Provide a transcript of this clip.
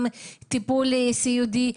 גם טיפול סיעודי.